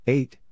Eight